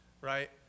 right